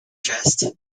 chest